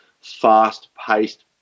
fast-paced